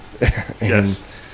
Yes